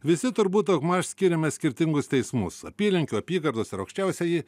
visi turbūt daugmaž skiriame skirtingus teismus apylinkių apygardos ir aukščiausiąjį